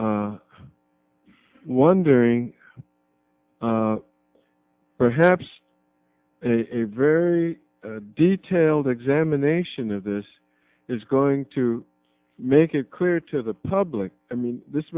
wondering perhaps and a very detailed examination of this is going to make it clear to the public i mean this